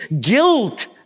guilt